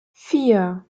vier